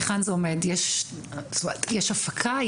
היכן זה עומד זאת אומרת יש הפקה?